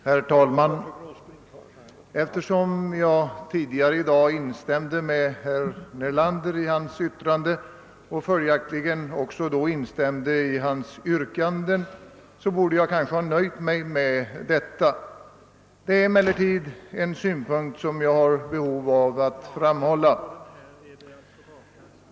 Herr talman! Eftersom jag tidigare i dag instämde i herr Nelanders yttrande och följaktligen också i han yrkanden borde jag kanske ha kunnat nöja mig med det. Det är emellertid en synpunkt som jag har behov av att framhålla.